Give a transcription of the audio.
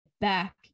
back